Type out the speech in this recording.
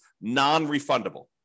non-refundable